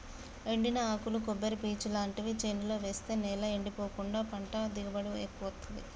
ఎండిన ఆకులు కొబ్బరి పీచు లాంటివి చేలో వేస్తె నేల ఎండిపోకుండా పంట దిగుబడి ఎక్కువొత్తదీ